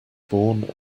born